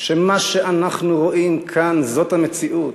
שמה שאנחנו רואים כאן זאת המציאות,